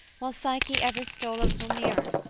while psyche ever stole a little nearer,